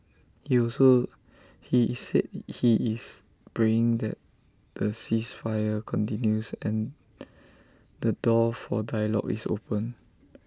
he also he IT said he is praying that the ceasefire continues and the door for dialogue is opened